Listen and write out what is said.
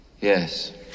Yes